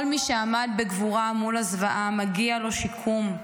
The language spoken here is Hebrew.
כל מי שעמד בגבורה מול הזוועה מגיעים לו שיקום,